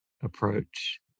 approach